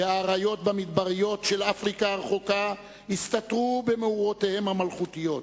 והאריות במדבריות של אפריקה הרחוקה יסתתרו במאורותיהם המלכותיות".